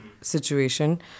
situation